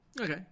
Okay